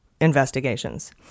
investigations